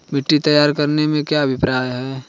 मिट्टी तैयार करने से क्या अभिप्राय है?